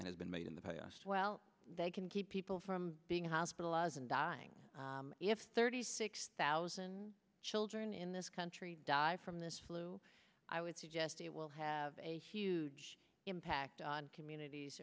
than has been made in the past well they can keep people from being hospitalized and dying if thirty six thousand children in this country die from this flu i would suggest it will have a huge impact on communities